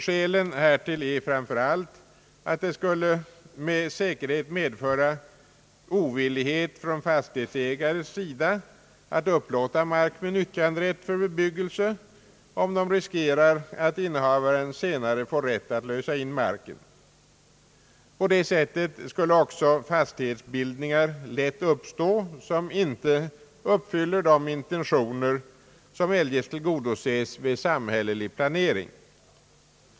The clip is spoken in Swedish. Skälet härtill är framför allt att fastighetsägarna med säkerhet skulle bli ovilliga att upplåta mark med nyttjanderätt för bebyggelse, om de riskerar att innehavaren senare får rätt att lösa in marken. På det sättet skulle också fastighetsbildningar lätt uppstå som inte uppfyller de intentioner vilka eljest tillgodoses vid samhällelig planering.